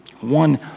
One